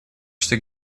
что